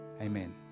amen